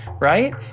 right